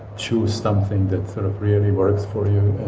choose something that sort of really works for you.